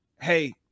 Hey